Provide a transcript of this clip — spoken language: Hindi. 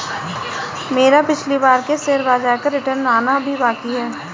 मेरा पिछली बार के शेयर बाजार का रिटर्न आना अभी भी बाकी है